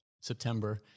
September